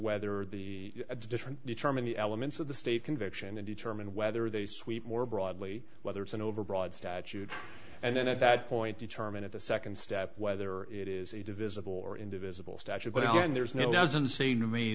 whether the different determine the elements of the state conviction and determine whether they sweep more broadly whether it's an overbroad statute and then at that point determine if the second step whether it is a divisible or indivisible statute but then there's no it doesn't seem to me